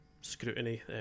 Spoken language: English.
scrutiny